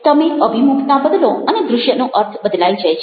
તમે અભિમુખતા બદલો અને દ્રશ્યનો અર્થ બદલાઈ જાય છે